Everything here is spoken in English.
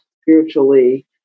spiritually